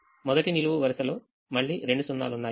మొదటి నిలువు వరుసలో మళ్ళీ రెండు 0 లు ఉన్నాయి